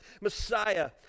messiah